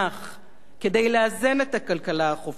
כדי לאזן את הכלכלה החופשית.